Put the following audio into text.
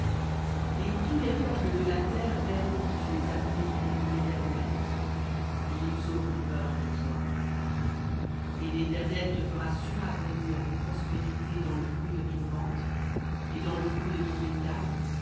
et tous les peuples de la terre verront que tu es appelé du nom de l'éternel et ils auront peur de toi et l'éternel te fera surabonder en prospérité dans le fruit de ton ventre et dans le fruit de ton bétail